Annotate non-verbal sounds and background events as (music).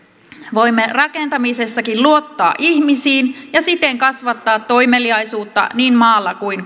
voimme rakentamisessakin luottaa ihmisiin ja siten kasvattaa toimeliaisuutta niin maalla kuin (unintelligible)